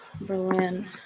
Berlin